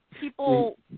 people